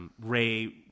Ray